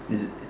is it